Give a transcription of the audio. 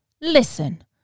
listen